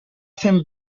him